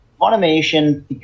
automation